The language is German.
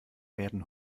werden